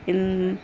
ఇం